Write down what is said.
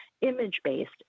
image-based